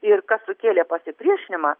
ir kas sukėlė pasipriešinimą